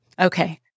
Okay